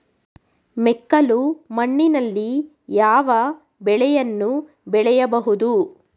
ಮೆಕ್ಕಲು ಮಣ್ಣಿನಲ್ಲಿ ಯಾವ ಬೆಳೆಯನ್ನು ಬೆಳೆಯಬಹುದು?